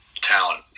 talent